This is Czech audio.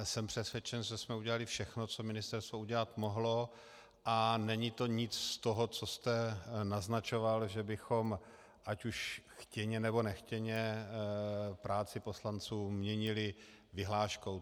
Jsem přesvědčen, že jsme udělali všechno, co ministerstvo udělat mohlo, a není to nic z toho, co jste naznačoval, že bychom ať už chtěně, nebo nechtěně práci poslanců měnili vyhláškou.